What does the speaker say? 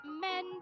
Men